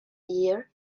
year